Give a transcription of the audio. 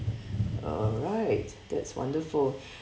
alright that's wonderful